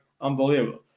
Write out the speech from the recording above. unbelievable